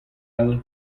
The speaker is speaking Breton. all